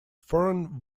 foreign